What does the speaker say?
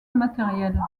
matérielle